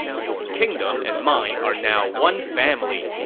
your kingdom and mine are now one family.